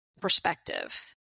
perspective